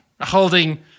holding